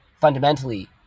fundamentally